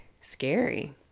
scary